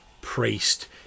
priest